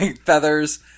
feathers